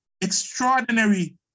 extraordinary